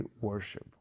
worship